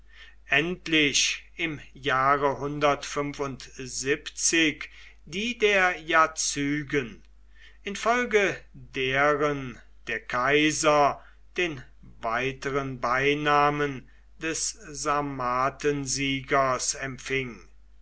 endlich im jahre die der jazygen infolge deren der kaiser den weiteren beinamen des sarmatensiegers empfing